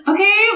Okay